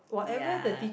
ya